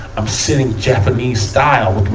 i'm sitting japanese style,